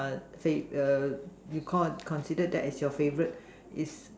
err say err you con consider that as your favorite is